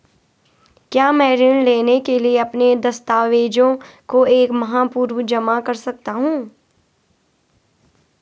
क्या मैं ऋण लेने के लिए अपने दस्तावेज़ों को एक माह पूर्व जमा कर सकता हूँ?